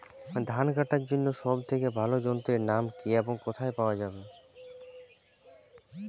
ধান কাটার জন্য সব থেকে ভালো যন্ত্রের নাম কি এবং কোথায় পাওয়া যাবে?